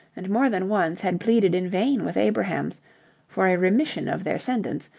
and more than once had pleaded in vain with abrahams for a remission of their sentence,